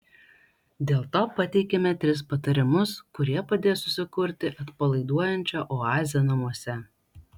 dėl to pateikiame tris patarimus kurie padės susikurti atpalaiduojančią oazę namuose